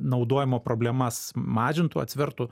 naudojimo problemas mažintų atsvertų